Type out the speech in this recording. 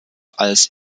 als